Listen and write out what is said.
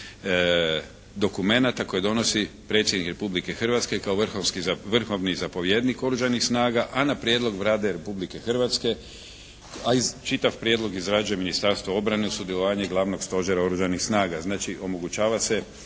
dokumenata koje donosi predsjednik Republike Hrvatske kao vrhovni zapovjednik Oružanih snaga, a na prijedlog Vlade Republike Hrvatske, a čitav prijedlog izrađuje Ministarstvo obrane uz sudjelovanje Glavnog stožera Oružanih snaga. Znači omogućava se